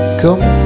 come